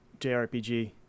JRPG